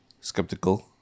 skeptical